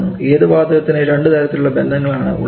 ഏതു വാതകത്തിനും രണ്ടു തരത്തിലുള്ള ബന്ധങ്ങൾ ആണ് ഉള്ളത്